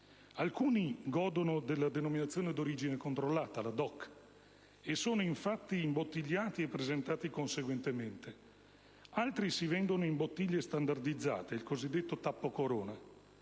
alcuni godono della denominazione di origine controllata (DOC) e sono infatti imbottigliati e presentati conseguentemente; altri si vendono in bottiglie standardizzate, il cosiddetto tappo a corona.